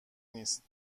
نیست